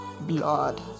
blood